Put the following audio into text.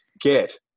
get